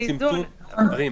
כשאתה אומר צמצום זה אחרת.